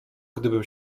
gdybym